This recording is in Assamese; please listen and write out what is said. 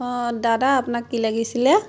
অঁ দাদা আপোনাক কি লাগিছিলে